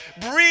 Breathe